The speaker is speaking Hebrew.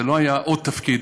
זה לא היה עוד תפקיד,